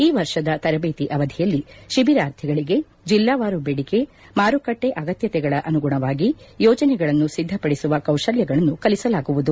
ಈ ವರ್ಷದ ತರಬೆತಿ ಅವಧಿಯಲ್ಲಿ ತಿಬಿರಾರ್ಥಿಗಳಿಗೆ ಜಿಲ್ಲಾವಾರು ದೇಡಿಕೆ ಮಾರುಕಟ್ಟೆ ಅಗತ್ತತೆಗಳ ಅನುಗುಣಾವಾಗಿ ಸಿದ್ದಪಡಿಸುವ ಕೌಶಲ್ಯಗಳನ್ನು ಕಲಿಸಲಾಗುವುದು